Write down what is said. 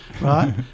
right